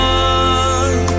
one